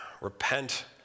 Repent